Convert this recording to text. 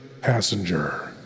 Passenger